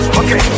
okay